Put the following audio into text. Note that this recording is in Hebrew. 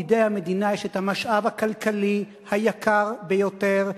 בידי המדינה יש המשאב הכלכלי היקר ביותר,